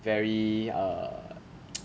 very err